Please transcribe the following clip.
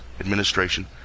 Administration